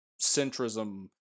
centrism